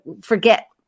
forget